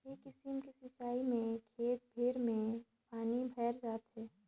ए किसिम के सिचाई में खेत भेर में पानी भयर जाथे